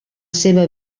seva